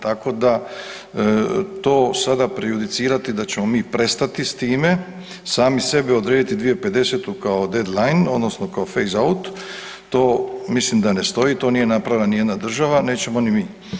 Tako da, to sada prejudicirati da ćemo mi prestati s time, sami sebi odrediti 2050. kao death-line, odnosno kao faze out, to mislim da ne stoji, to nije napravili ni jedna država, nećemo ni mi.